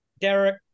Derek